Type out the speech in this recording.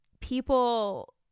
people